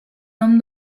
nom